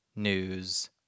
News